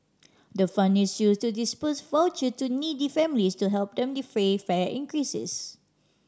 the fund is used to disburse voucher to needy families to help them defray fare increases